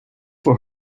for